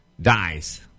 dies